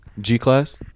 G-Class